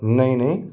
नहीं नहीं